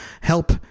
help